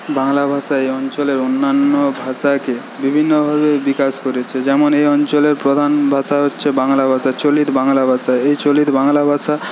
বাংলা ভাষা এই অঞ্চলে অন্যান্য ভাষাকে বিভিন্নভাবে বিকাশ করেছে যেমন এই অঞ্চলের প্রধান ভাষা হচ্ছে বাংলা ভাষা চলিত বাংলা ভাষা এই চলিত বাংলা ভাষা